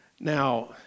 Now